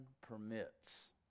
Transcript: permits